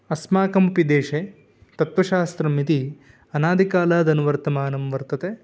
अस्माकमपि देशे तत् तत्वशास्त्रम् इति अनादिकालादनुवर्तमानं वर्तते